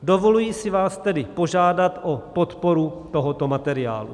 Dovoluji si vás tedy požádat o podporu tohoto materiálu.